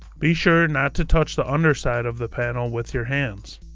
be sure not to touch the underside of the panel with your hands.